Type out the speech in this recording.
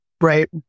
Right